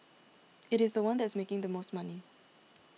it is the one that is making the most money